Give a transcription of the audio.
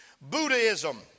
Buddhism